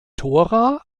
tora